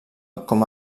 com